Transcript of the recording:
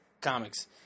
comics